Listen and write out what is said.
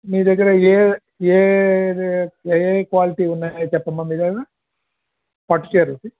మీ దగ్గర ఏ ఏ ఏ ఏ క్వాలిటీ ఉన్నాయో అవి చెప్పమ్మా మీ దగ్గర పట్టుచీరలు